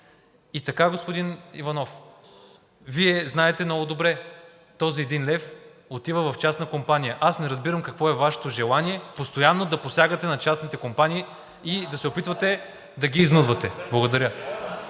И така, господин Иванов, Вие знаете много добре, този един лев отива в частна компания. Аз не разбирам какво е Вашето желание постоянно да посягате на частните компании и да се опитвате да ги изнудвате?! Благодаря.